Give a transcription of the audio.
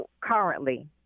currently